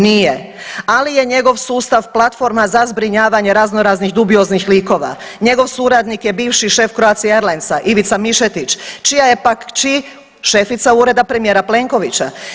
Nije ali je njegov sustav platforma za zbrinjavanje raznoraznih dubioznih likova, njegov suradnik je bivši šef Croatie Airlinesa, Ivica Mišetić, čija je pak kći šefica ureda premijera Plenkovića.